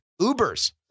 Ubers